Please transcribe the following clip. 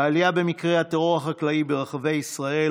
העלייה במקרי הטרור החקלאי ברחבי ישראל